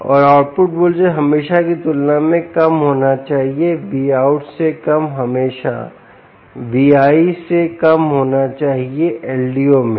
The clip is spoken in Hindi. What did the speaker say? और आउटपुट वोल्टेज हमेशा की तुलना में कम होना चाहिए VOUT से कम हमेशा Vi the से कम होना चाहिए LDO में